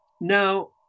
Now